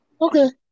Okay